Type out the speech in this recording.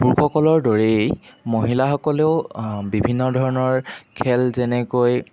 পুৰুষসকলৰ দৰেই মহিলাসকলেও বিভিন্ন ধৰণৰ খেল যেনেকৈ